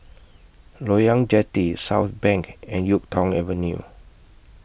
Loyang Jetty Southbank and Yuk Tong Avenue